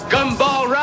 Gumball